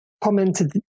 commented